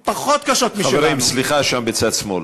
פחות קשות משלנו, חברים, סליחה שם בצד שמאל.